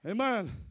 Amen